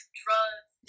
drugs